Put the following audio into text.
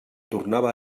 tornava